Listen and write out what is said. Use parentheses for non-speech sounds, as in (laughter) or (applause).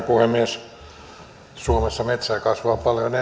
(unintelligible) puhemies suomessa metsää kasvaa paljon (unintelligible)